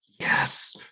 yes